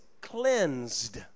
cleansed